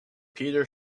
peter